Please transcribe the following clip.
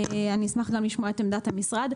אני אשמח גם לשמוע את עמדת המשרד.